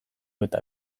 eta